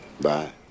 Bye